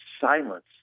silence